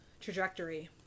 trajectory